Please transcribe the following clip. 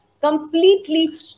completely